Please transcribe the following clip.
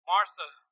Martha